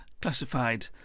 classified